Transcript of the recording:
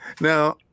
Now